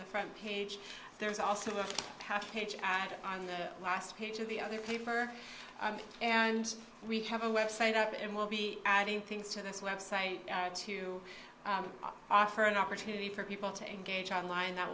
the front page there's also a touch pitch on the last page of the other paper and we have a website up and we'll be adding things to this website to offer an opportunity for people to engage online that